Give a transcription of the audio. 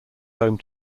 home